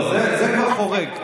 לא, זה כבר חורג.